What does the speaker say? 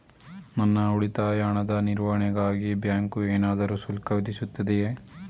ನನ್ನ ಉಳಿತಾಯ ಹಣದ ನಿರ್ವಹಣೆಗಾಗಿ ಬ್ಯಾಂಕು ಏನಾದರೂ ಶುಲ್ಕ ವಿಧಿಸುತ್ತದೆಯೇ?